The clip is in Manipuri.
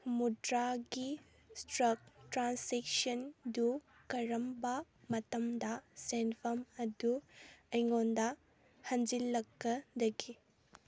ꯍꯨꯝꯐꯨꯇꯔꯥꯒꯤ ꯏꯁꯇꯛ ꯇ꯭ꯔꯥꯟꯁꯦꯛꯁꯟꯗꯨ ꯀꯔꯝꯕ ꯃꯇꯝꯗ ꯁꯦꯟꯐꯝ ꯑꯗꯨ ꯑꯩꯉꯣꯟꯗ ꯍꯟꯖꯤꯜꯂꯛꯀꯗꯒꯦ